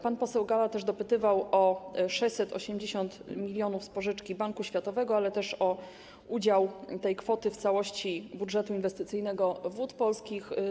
Pan poseł Galla też dopytywał o 680 mln pożyczki z Banku Światowego, ale również o udział tej kwoty w całości budżetu inwestycyjnego Wód Polskich.